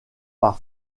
par